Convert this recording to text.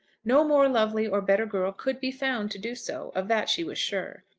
no more lovely or better girl could be found to do so of that she was sure.